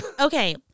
okay